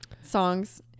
songs